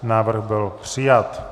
Návrh byl přijat.